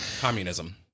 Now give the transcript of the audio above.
Communism